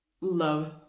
love